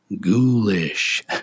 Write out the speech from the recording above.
ghoulish